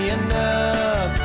enough